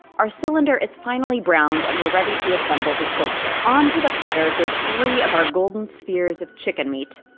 our cylinder is finally browned, and we're ready to assemble the sculpture. onto the platter go three of our golden spheres of chicken meat,